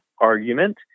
argument